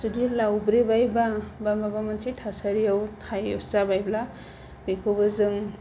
जुदि लावब्रेबायबा माबा मोनसे थासारिआव जाबायबा बेखौबो जों